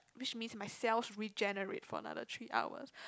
which mean myself regenerate for another three hours